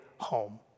home